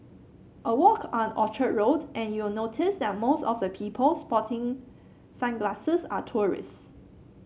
a walk on Orchard Road and you'll notice that most of the people sporting sunglasses are tourists